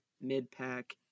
mid-pack